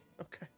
Okay